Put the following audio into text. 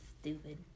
Stupid